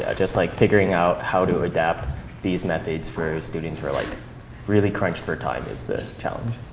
ah just like figuring out how to adapt these methods for students who are like really crunched for time is a challenge.